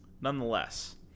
Nonetheless